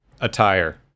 attire